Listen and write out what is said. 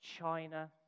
China